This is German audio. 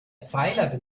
pfeiler